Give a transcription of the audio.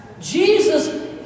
Jesus